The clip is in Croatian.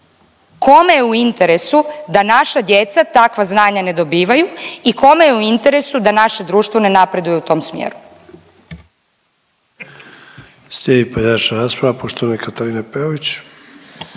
kome je u interesu da naša djeca takva znanja ne dobivaju i kome je u interesu da naše društvo ne napreduje u tom smjeru?